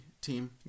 team